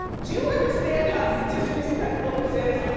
do you understand how disrespectful this is?